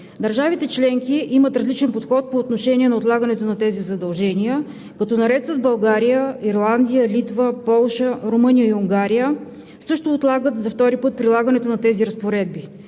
Държавите членки имат различен подход по отношение на отлагането на тези задължения, като наред с България, Ирландия, Литва, Полша, Румъния и Унгария също отлагат за втори път прилагането на тези разпоредби.